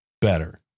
better